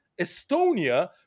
Estonia